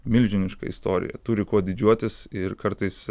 milžinišką istoriją turi kuo didžiuotis ir kartais